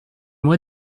moi